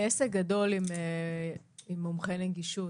לעסק גדול עם מומחה נגישות